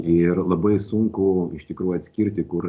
ir labai sunku iš tikrųjų atskirti kur